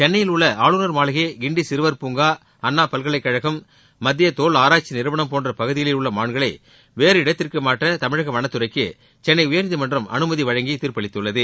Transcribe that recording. சென்னையில் உள்ள ஆளுநர் மாளிகை கிண்டி சிறுவர் பூங்கா அண்ணா பல்கலைக்கழகம் மத்திய தோல் ஆராய்ச்சி நிறுவனம் போன்ற பகுதிகளில் உள்ள மான்களை வேறு இடத்திற்கு மாற்ற தமிழக வனத்துறைக்கு சென்னை உயர்நீதிமன்றம் அனுமதி வழங்கி தீர்ப்பளித்துள்ளது